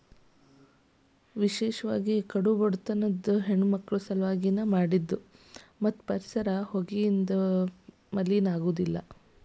ವಿಶೇಷವಾಗಿ ಕಡು ಬಡತನದ ಹೆಣ್ಣಮಕ್ಕಳ ಸಲವಾಗಿ ನ ಮಾಡಿದ್ದ ಮತ್ತ ಪರಿಸರ ಹೊಗೆಯಿಂದ ಮಲಿನ ಆಗುದಿಲ್ಲ